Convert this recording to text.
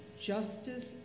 justice